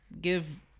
give